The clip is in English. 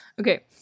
Okay